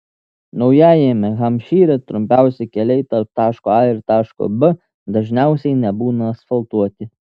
naujajame hampšyre trumpiausi keliai tarp taško a ir taško b dažniausiai nebūna asfaltuoti